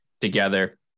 together